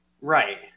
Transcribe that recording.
Right